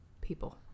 people